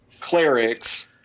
clerics